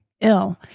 ill